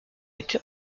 été